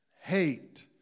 hate